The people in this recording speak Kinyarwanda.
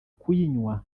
kuyinywa